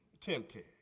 tempted